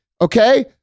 Okay